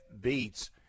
beats